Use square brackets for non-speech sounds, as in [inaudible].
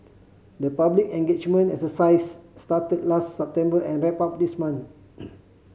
the public engagement exercises started last September and wrapped up this month [noise]